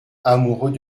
amoureux